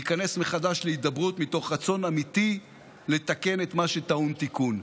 ניכנס מחדש להידברות מתוך רצון אמיתי לתקן את מה שטעון תיקון.